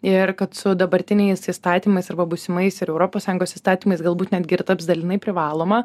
ir kad su dabartiniais įstatymais arba būsimais ir europos sąjungos įstatymais galbūt netgi ir taps dalinai privaloma